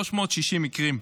360 מקרים.